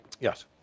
Yes